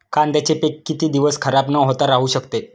कांद्याचे पीक किती दिवस खराब न होता राहू शकते?